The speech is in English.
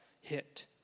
hit